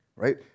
right